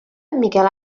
miquel